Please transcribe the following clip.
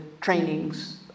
trainings